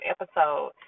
episode